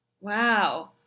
Wow